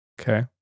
Okay